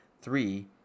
three